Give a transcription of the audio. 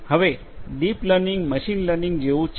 હવે deep learning machine learning જેવું છે